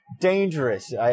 dangerous